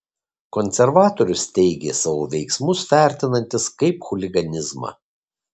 konservatorius teigė savo veiksmus vertinantis kaip chuliganizmą